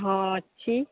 ହଁ ଅଛି